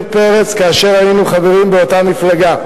פרץ כאשר היינו חברים באותה מפלגה.